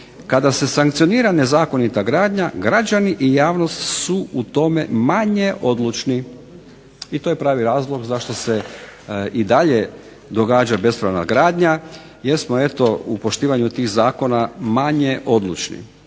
kada se sankcionira nezakonita gradnja građani i javnost su u tome manje odlučni. I to je pravi razlog zašto se i dalje događa bespravna gradnja, jer smo eto u poštivanju tih zakona manje odlučni.